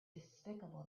despicable